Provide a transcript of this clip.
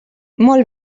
molt